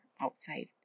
outside